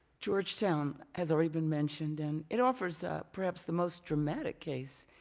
georgetown has already been mentioned and it offers perhaps the most dramatic case,